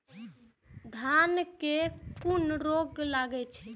धान में कुन रोग लागे छै?